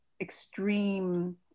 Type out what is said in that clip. extreme